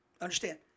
understand